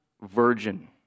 virgin